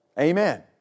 Amen